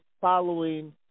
following